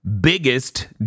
Biggest